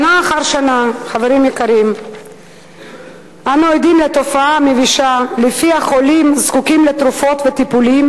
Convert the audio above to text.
שנה אחר שנה אנו עדים לתופעה המבישה שחולים הזקוקים לתרופות ולטיפולים